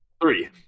Three